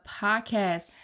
podcast